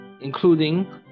including